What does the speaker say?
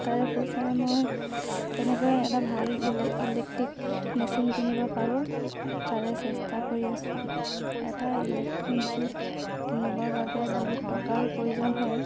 তাৰে পইচাৰে মই তেনেকৈ এটা ভাল ইলেক্ট্ৰিক মেচিন কিনিব পাৰোঁ তাৰে চেষ্টা কৰি আছো এটা ইলেক্ট্ৰিক মেচিন কিনিবৰ বাবে বহুত টকাৰো প্ৰয়োজন হয়